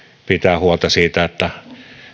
pitää huolta siitä että